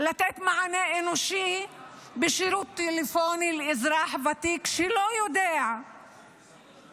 על לתת מענה אנושי בשירות טלפוני לאזרח ותיק שלא יודע להתמודד